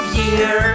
year